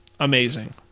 Amazing